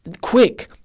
Quick